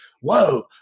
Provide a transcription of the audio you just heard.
whoa